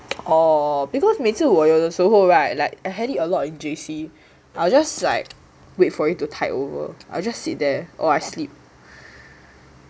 orh because 每次我有的时候 [right] like I had it a lot in J_C I'll just like wait for it to tide over I just sit there or I sleep